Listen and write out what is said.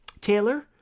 Taylor